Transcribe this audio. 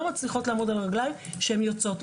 מצליחות לעמוד על הרגליים כשהן יוצאות,